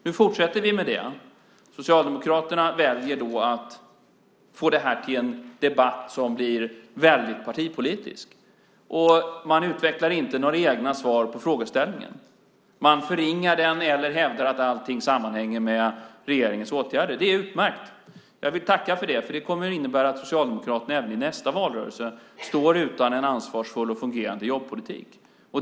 Nu fortsätter vi med det. Socialdemokraterna väljer att få det till en debatt som blir väldigt partipolitisk. Man utvecklar inte några egna svar på frågeställningen och förringar den eller hävdar att allting sammanhänger med regeringens åtgärder. Det är utmärkt. Jag vill tacka för det. Det kommer att innebära att Socialdemokraterna även i nästa valrörelse står utan en ansvarsfull och fungerande jobbpolitik.